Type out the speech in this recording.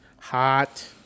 hot